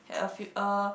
had a few uh